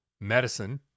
medicine